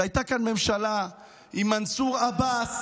הייתה כאן ממשלה עם מנסור עבאס,